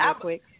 quick